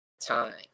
time